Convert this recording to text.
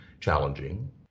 challenging